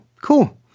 Cool